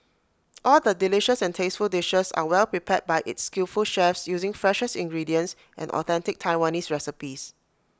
all the delicious and tasteful dishes are well prepared by its skillful chefs using freshest ingredients and authentic Taiwanese recipes